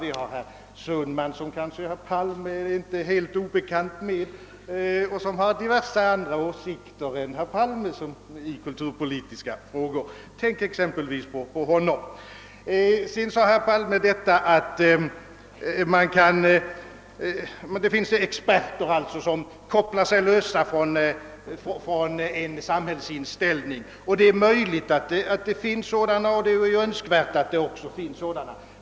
Vi har herr Sundman, som kanske herr Palme inte är helt obekant med och som har andra åsikter än herr Palme i flera kulturpolitiska frågor. Tänk exempelvis på honom! Dessutom sade herr Palme att det finns experter som kopplar sig lösa från sin ideologiska samhällsinställning. Det är möjligt att det finns sådana och det är ju också önskvärt att sådana finns.